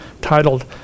titled